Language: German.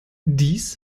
dies